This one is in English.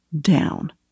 down